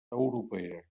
europea